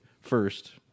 first